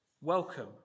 Welcome